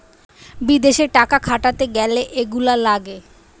বিদেশে টাকা খাটাতে গ্যালে এইগুলা লাগে